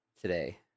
today